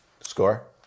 Score